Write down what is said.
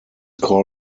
call